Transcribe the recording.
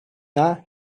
not